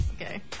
okay